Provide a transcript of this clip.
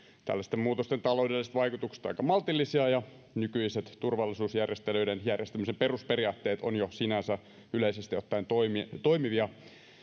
tällaisten muutosten taloudelliset vaikutukset ovat aika maltillisia ja nykyiset turvallisuusjärjestelyiden järjestämisen perusperiaatteet ovat jo sinänsä yleisesti ottaen toimivia toimivia